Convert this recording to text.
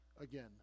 again